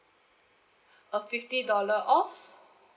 a fifty dollar off